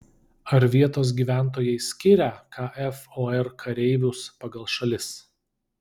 ar vietos gyventojai skiria kfor kareivius pagal šalis